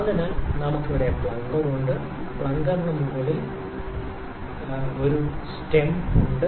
അതിനാൽ നമുക്ക് ഇവിടെ പ്ലംഗർ ഉണ്ട് പ്ലംഗറിനു മുകളിൽ പ്ലംഗർ ചലിക്കുന്ന സ്റ്റെം ഉണ്ട്